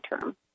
term